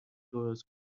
درست